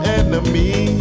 enemy